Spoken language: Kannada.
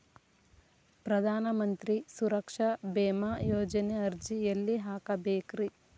ಪ್ರಧಾನ ಮಂತ್ರಿ ಸುರಕ್ಷಾ ಭೇಮಾ ಯೋಜನೆ ಅರ್ಜಿ ಎಲ್ಲಿ ಹಾಕಬೇಕ್ರಿ?